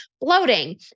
bloating